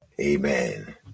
Amen